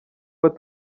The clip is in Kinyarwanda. tuba